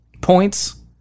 points